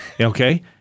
Okay